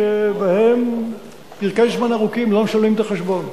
שבהם פרקי זמן ארוכים לא משלמים את החשבון.